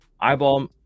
Eyeball